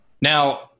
Now